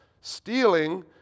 stealing